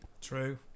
True